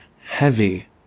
heavy